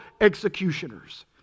executioners